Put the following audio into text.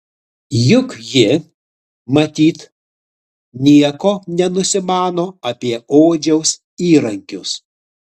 juk ji matyt nieko nenusimano apie odžiaus įrankius